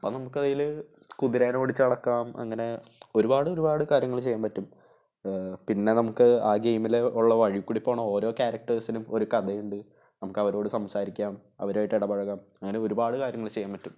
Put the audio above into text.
അപ്പം നമുക്ക് അതിൽ കുതിരയെ ഓടിച്ച് നടക്കാം അങ്ങനെ ഒരുപാട് ഒരുപാട് കാര്യങ്ങൾ ചെയ്യാൻ പറ്റും പിന്നെ നമുക്ക് ആ ഗയിമിൽ ഉള്ള വഴികൂടി പോകുന്ന ഓരോ ക്യരക്ടേസിനും ഒരു കഥയുണ്ട് നമ്മൾക്ക് അവരോട് സംസാരിക്കാം അവരുമായിട്ട് ഇടപഴകാം അങ്ങനെ ഒരുപാട് കാര്യങ്ങൾ ചെയ്യാൻ പറ്റും